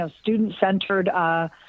student-centered